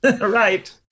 Right